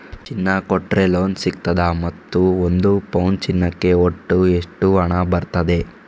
ಚಿನ್ನ ಕೊಟ್ರೆ ಲೋನ್ ಸಿಗ್ತದಾ ಮತ್ತು ಒಂದು ಪೌನು ಚಿನ್ನಕ್ಕೆ ಒಟ್ಟು ಎಷ್ಟು ಹಣ ಬರ್ತದೆ?